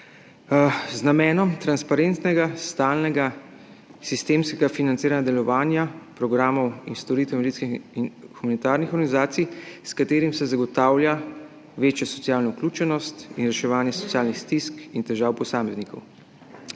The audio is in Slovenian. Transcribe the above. z namenom transparentnega, stalnega in sistemskega financiranja delovanja programov in storitev invalidskih in humanitarnih organizacij, s katero se zagotavlja večja socialna vključenost in reševanje socialnih stisk in težav posameznikov.